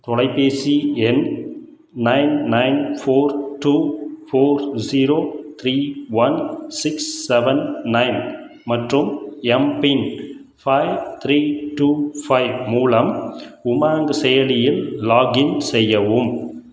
தொலைபேசி எண் nine nine four two four zero three one six seven nine மற்றும் MPIN five three two five மூலம் உமாங் செயலியில் login செய்யவும்